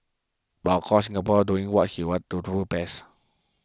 and of course Singaporeans doing what to do best